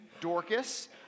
Dorcas